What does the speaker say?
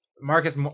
Marcus